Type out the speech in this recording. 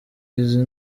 izi